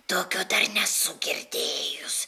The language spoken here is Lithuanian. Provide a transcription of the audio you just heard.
tokio dar nesu girdėjus